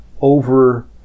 over